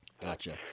Gotcha